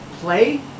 play